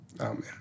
Amen